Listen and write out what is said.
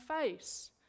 face